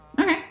Okay